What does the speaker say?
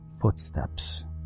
footsteps